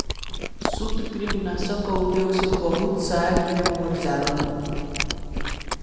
सूत्रकृमि नाशक कअ उपयोग से बहुत सारा कीड़ा मर जालन